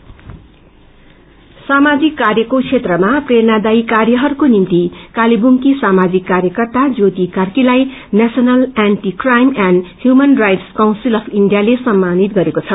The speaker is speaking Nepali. फेलिसिटेशन सामाजिक कार्यको क्षेत्रमा प्रेरणादायी कार्यहरूको निभ्ति कालेबुङकी सामाजिक कार्यकर्ता ज्योति कार्कीलाई national anti crime and human rights council of इण्डियाले सम्पानित गरेको छ